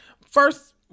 first